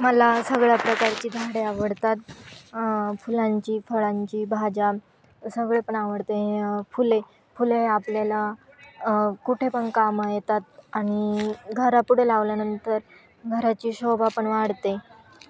मला सगळ्या प्रकारची झाडे आवडतात फुलांची फळांची भाज्या सगळे पण आवडते फुले फुले आपल्याला कुठे पण कामं येतात आणि घरापुढे लावल्यानंतर घराची शोभा पण वाढते